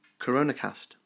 coronacast